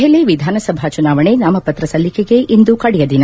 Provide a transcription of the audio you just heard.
ದೆಹಲಿ ವಿಧಾನಸಭಾ ಚುನಾವಣೆ ನಾಮಪತ್ರ ಸಲ್ಲಿಕೆಗೆ ಇಂದು ಕಡೆಯ ದಿನ